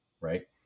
right